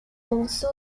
also